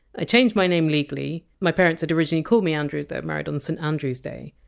i changed my name legally. my parents had originally called me andrew as they're married on st. andrew! s day.